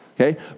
okay